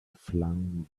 flung